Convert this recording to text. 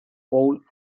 paul